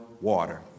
water